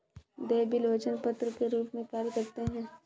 देय बिल वचन पत्र के रूप में कार्य करते हैं